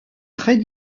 très